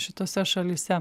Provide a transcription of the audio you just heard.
šitose šalyse